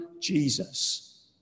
Jesus